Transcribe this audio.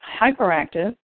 hyperactive